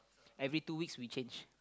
every two weeks we change